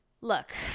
look